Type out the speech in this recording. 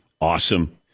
Awesome